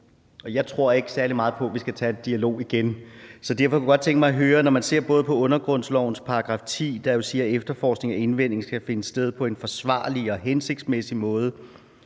jeg tror ikke særlig meget på, at vi skal tage en dialog igen. Så derfor kunne jeg godt tænke mig at høre: Når man ser på både undergrundslovens § 10, der siger, at »efterforskning og indvinding skal finde sted på en forsvarlig og hensigtsmæssig måde,«